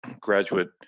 graduate